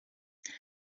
ati